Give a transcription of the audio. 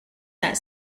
that